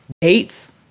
dates